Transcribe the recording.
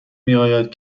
میآید